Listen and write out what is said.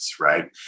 right